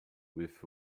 with